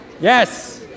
Yes